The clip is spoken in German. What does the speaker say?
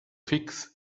fixe